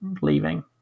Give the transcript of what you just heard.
leaving